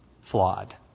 flawed